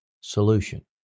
solution